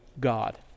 God